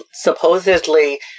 supposedly